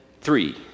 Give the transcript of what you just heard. three